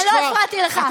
אני לא הפרעתי לך,